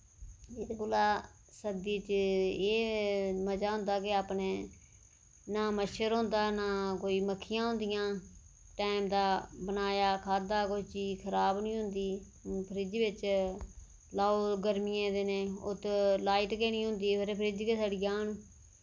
एह्दे कोला सर्दी च एह् मजा होंदा कि अपने ना मच्छर होंदा ना कोई मक्खियां होंदियां टैम दा बनाया खाद्धा कोई चीज खराब नेईं होंदी फ्रिज बिच लाओ गर्मियें दिनें उत लाइट गै नि होंदी खबरै फ्रिज गै सड़ी जान